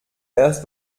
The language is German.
erst